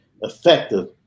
effective